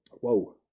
Whoa